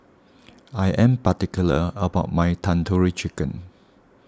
I am particular about my Tandoori Chicken